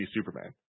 Superman